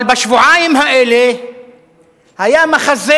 אבל בשבועיים האלה היה מחזה